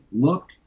look